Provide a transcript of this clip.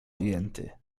ujęty